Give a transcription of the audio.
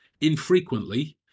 infrequently